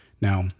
Now